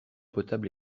potable